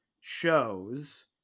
shows